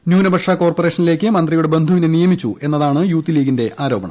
ന്യൂനപക്ഷ കോർപ്പറേഷനിലേക്ക് മന്ത്രിയുടെ ബന്ധുവിനെ നിയമിച്ചു എന്നതാണ് യൂത്ത് ലീഗിന്റെ ആരോപണം